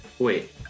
Wait